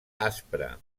aspra